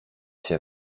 się